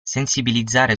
sensibilizzare